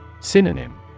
Synonym